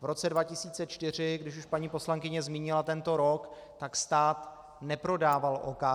V roce 2004, když už paní poslankyně zmínila tento rok, tak stát neprodával OKD.